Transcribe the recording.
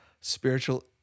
spiritual